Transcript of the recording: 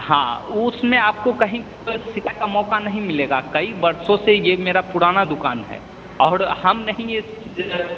हाँ उसमें आपको कहीं कोई शिकायत का मौका नहीं मिलेगा कई बरसों से ये मेरा पुराना दुकान है और हम नहीं ये जो है